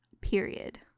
period